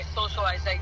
socialize